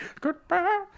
Goodbye